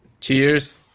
Cheers